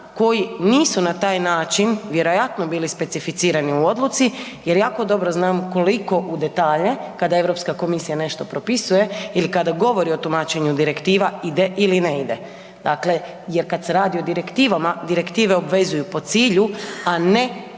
koji nisu na taj način vjerojatno bili specificirani u odluci jer jako dobro znam koliko u detalje kada Europska komisija nešto propisuje ili kada govorim o tumačenju direktiva, ide ili ne ide, dakle jer kad se o direktivama, direktive obvezuju po cilju a ne po